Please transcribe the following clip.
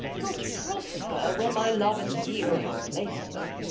not prosper where my love and zeal hath placed them.